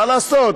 מה לעשות,